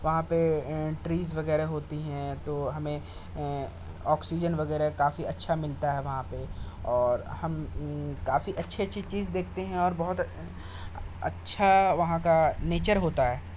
وہاں پہ ٹریز وغیرہ ہوتی ہیں تو ہمیں آکسیجن وغیرہ کافی اچھا ملتا ہے وہاں پہ اور ہم کافی اچھی اچھی چیز دیکھتے ہیں اور بہت اچھا وہاں کا نیچر ہوتا ہے